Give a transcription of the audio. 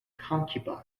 concubines